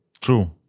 true